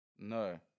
No